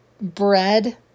bread